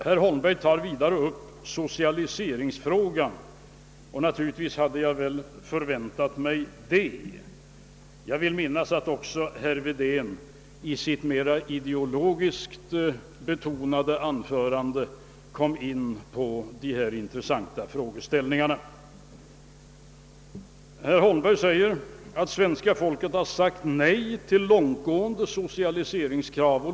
Herr Holmberg tar vidare upp socialiseringsfrågan, och naturligtvis hade jag förväntat mig det. Jag vill minnas att också herr Wedén i sitt mera ideologiskt betonade anförande kom in på dessa intressanta frågeställningar. Herr Holmberg menar att svenska folket har sagt nej till långtgående socialiseringskrav.